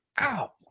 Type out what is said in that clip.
ow